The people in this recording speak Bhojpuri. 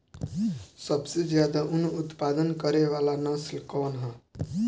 सबसे ज्यादा उन उत्पादन करे वाला नस्ल कवन ह?